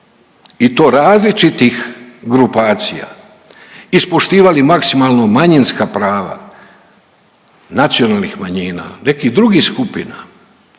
i to različitih grupacija, ispoštivali maksimalno manjinska prava nacionalnih manjina, nekih drugih skupina?